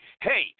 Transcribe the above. hey